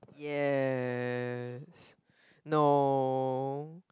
yes no